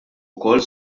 ukoll